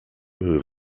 były